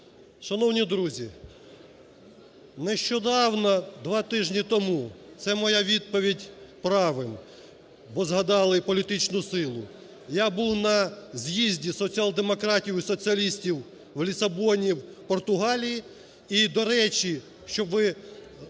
Шановні друзі, нещодавно два тижні тому, це моя відповідь правим, бо згадали політичну силу, я був на з'їзді соціал-демократів і соціалістів в Лісабоні в Португалії. І, до речі, щоб ви...